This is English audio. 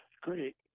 Great